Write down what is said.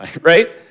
right